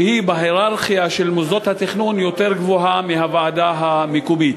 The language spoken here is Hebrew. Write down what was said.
שבהייררכיה של מוסדות התכנון היא יותר גבוהה מהוועדה המקומית.